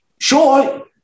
sure